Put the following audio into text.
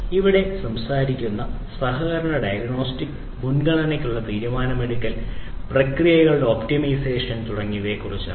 ഇവിടെ സംസാരിക്കുന്നത് സഹകരണ ഡയഗ്നോസ്റ്റിക്സ് മുൻഗണനയ്ക്കുള്ള തീരുമാനമെടുക്കൽ പ്രക്രിയകളുടെ ഒപ്റ്റിമൈസേഷൻ തുടങ്ങിയവയെക്കുറിച്ചാണ്